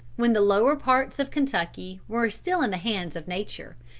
when the lower parts of kentucky were still in the hands of nature,